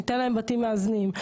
ניתן להם בתים מאזנים,